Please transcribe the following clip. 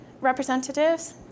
representatives